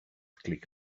click